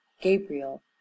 Gabriel